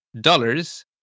dollars